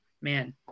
man